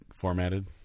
formatted